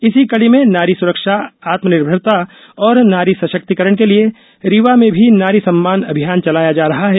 इस कड़ी में नारी सुरक्षाआत्मनिर्भरता और नारी सशक्तिकरण के लिए रीवा में भी नारी सम्मान अभ्जियान चलाया जा रहा है